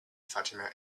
fatima